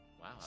Wow